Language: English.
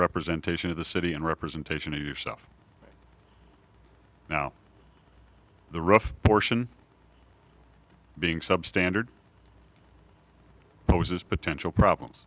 representation of the city and representation of yourself now the rough portion being substandard moses potential problems